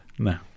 No